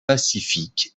pacifiques